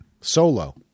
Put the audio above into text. Solo